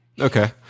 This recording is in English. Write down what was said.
Okay